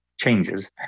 changes